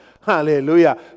hallelujah